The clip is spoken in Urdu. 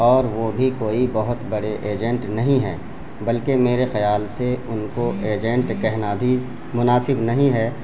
اور وہ بھی کوئی بہت بڑے ایجنٹ نہیں ہیں بلکہ میرے خیال سے ان کو ایجنٹ کہنا بھی مناسب نہیں ہے